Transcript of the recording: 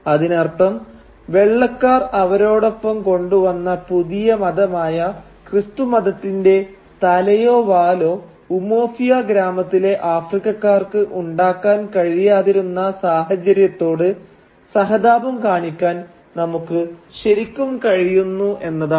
അതിനർത്ഥം വെള്ളക്കാർ അവരോടൊപ്പം കൊണ്ടുവന്ന പുതിയ മതമായ ക്രിസ്തുമതത്തിന്റെ തലയോ വാലോ ഉമൊഫിയ ഗ്രാമത്തിലെ ആഫ്രിക്കക്കാർക്ക് ഉണ്ടാക്കാൻ കഴിയാതിരുന്ന സാഹചര്യത്തോട് സഹതാപം കാണിക്കാൻ നമുക്ക് ശരിക്കും കഴിയുന്നു എന്നതാണ്